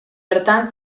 bertan